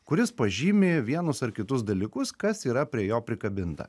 kuris pažymi vienus ar kitus dalykus kas yra prie jo prikabinta